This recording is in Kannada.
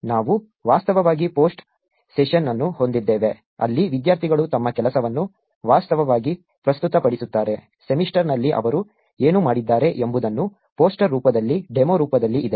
ನಾವು ವಾಸ್ತವವಾಗಿ ಪೋಸ್ಟ್ ಸೆಷನ್ ಅನ್ನು ಹೊಂದಿದ್ದೇವೆ ಅಲ್ಲಿ ವಿದ್ಯಾರ್ಥಿಗಳು ತಮ್ಮ ಕೆಲಸವನ್ನು ವಾಸ್ತವವಾಗಿ ಪ್ರಸ್ತುತಪಡಿಸುತ್ತಾರೆ ಸೆಮಿಸ್ಟರ್ನಲ್ಲಿ ಅವರು ಏನು ಮಾಡಿದ್ದಾರೆ ಎಂಬುದನ್ನು ಪೋಸ್ಟರ್ ರೂಪದಲ್ಲಿ ಡೆಮೊ ರೂಪದಲ್ಲಿ ಇದೆ